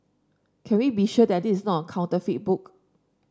can we be sure that this is not counterfeit book